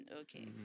Okay